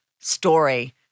story